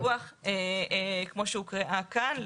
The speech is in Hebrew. חובת דיווח כמו שנקראה כאן,